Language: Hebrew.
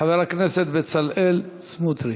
חבר הכנסת בצלאל סמוטריץ.